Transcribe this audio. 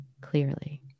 clearly